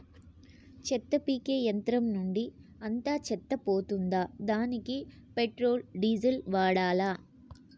చెత్త పీకే యంత్రం నుండి అంతా చెత్త పోతుందా? దానికీ పెట్రోల్, డీజిల్ వాడాలా?